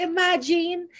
Imagine